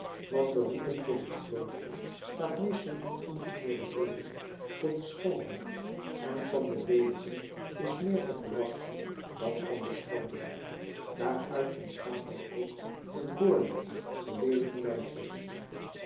want de roeping tot het klooster staat meestal in omgekeerde reden tot de schoonheid en van de leelijken is meer te verwachten dan van de schoonen daaruit ontstaat dan ook een voorliefde voor leelijke meisjes